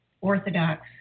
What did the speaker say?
orthodox